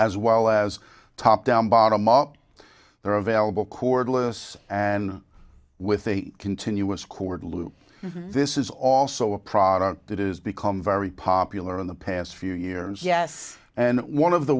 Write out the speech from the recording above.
as well as top down bottom up they're available cordless and with a continuous cord loop this is also a product that is become very popular in the past few years yes and one of the